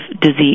disease